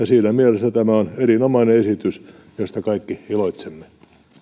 siinä mielessä tämä on erinomainen esitys josta kaikki iloitsemme